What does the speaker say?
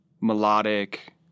melodic